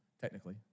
technically